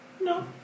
No